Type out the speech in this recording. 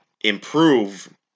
improve